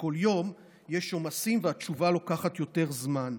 בכל יום יש עומסים והתשובה לוקחת יותר זמן.